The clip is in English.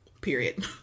Period